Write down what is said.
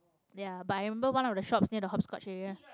ya but i remember one of the shops near the hopscotch area